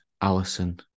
Allison